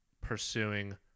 pursuing